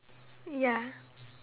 ya